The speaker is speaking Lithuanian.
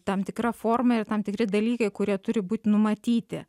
tam tikra forma ir tam tikri dalykai kurie turi būt numatyti